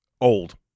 old